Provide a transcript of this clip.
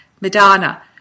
Madonna